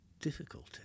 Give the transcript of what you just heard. difficulty